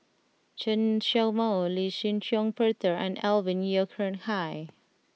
Chen Show Mao Lee Shih Shiong Peter and Alvin Yeo Khirn Hai